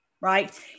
right